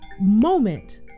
moment